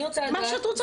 אני רוצה לדעת.